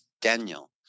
Daniel